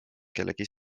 kellegi